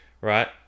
right